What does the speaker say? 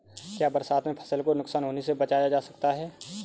क्या बरसात में फसल को नुकसान होने से बचाया जा सकता है?